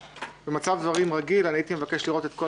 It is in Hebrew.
במצב דברים רגיל הייתי מבקש לראות את כל